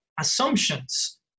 assumptions